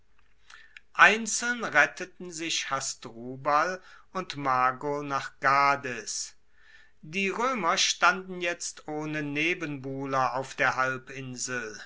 einzeln retteten sich hasdrubal und mago nach gades die roemer standen jetzt ohne nebenbuhler auf der halbinsel